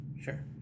Sure